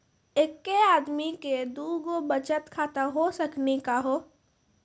एके आदमी के दू गो बचत खाता हो सकनी का हो?